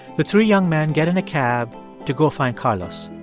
the three young men get in a cab to go find carlos